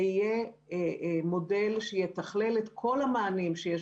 זה יהיה מודל שיתכלל את כל המענים שיש